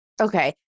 Okay